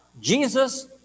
Jesus